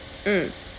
mm